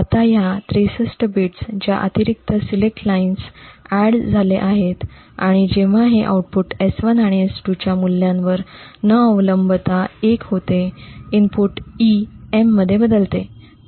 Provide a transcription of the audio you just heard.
आता ह्या 63 बिट्स ज्या अतिरिक्त सिलेक्ट लाईन्समुळे ऍड झाले आहेत आणि जेव्हा हे आउटपुट S1 आणि S2 च्या मूल्यांवर न अवलंबता 1 होते इनपुट E M मध्ये बदलते